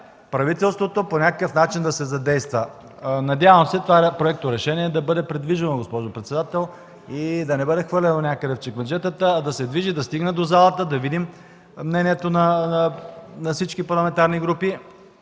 задейства по някакъв начин. Надявам се това проекторешение да бъде придвижено, госпожо председател, да не бъде хвърлено някъде в чекмеджетата, а да се движи и да стигне до залата, да видим мнението на всички парламентарни групи,